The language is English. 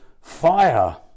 fire